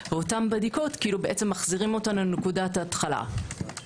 ואותן בדיקות מחזירות אותנו לנקודת ההתחלה.